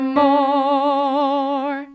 more